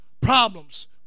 problems